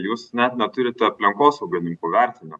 jūs net neturit aplinkosaugininkų vertinio